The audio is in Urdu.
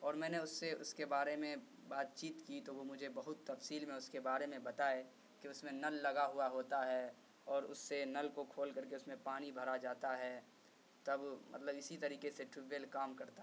اور میں نے اس سے اس کے بارے میں بات چیت کی تو وہ مجھے بہت تفصیل میں اس کے بارے میں بتائے کہ اس میں نل لگا ہوتا ہے اور اس سے نل کو کھول کر کے اس میں پانی بھرا جاتا ہے تب مطلب اسی طریقے سے ٹیوب ویل کام کرتا ہے